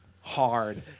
hard